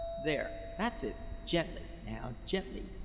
there! that's it gently, now gently.